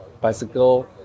bicycle